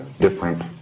different